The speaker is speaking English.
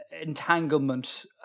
entanglement